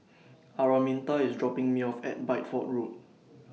Araminta IS dropping Me off At Bideford Road